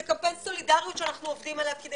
זה קמפיין סולידריות שאנחנו עובדים עליו כדי